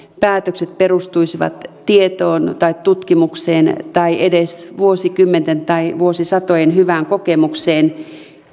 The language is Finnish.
päätökset perustuisivat tietoon tai tutkimukseen tai edes vuosikymmenten tai vuosisatojen hyvään kokemukseen